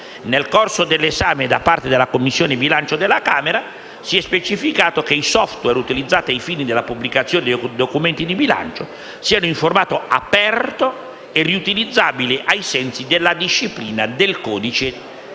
Nel corso dell'esame da parte della Commissione bilancio della Camera si è specificato che i *software* utilizzati ai fini della pubblicazione dei documenti di bilancio siano in formato aperto e riutilizzabile ai sensi della disciplina del Codice